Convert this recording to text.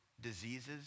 diseases